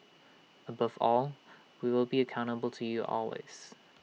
above all we will be accountable to you always